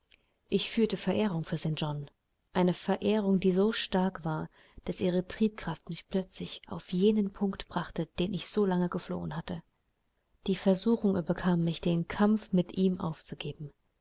ich fühlte verehrung für st john eine verehrung die so stark war daß ihre triebkraft mich plötzlich auf jenen punkt brachte den ich solange geflohen hatte die versuchung überkam mich den kampf mit ihm aufzugeben